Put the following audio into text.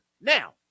Now